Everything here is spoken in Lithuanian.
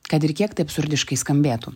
kad ir kiek tai absurdiškai skambėtų